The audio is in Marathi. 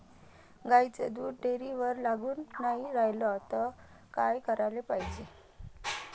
गाईचं दूध डेअरीवर लागून नाई रायलं त का कराच पायजे?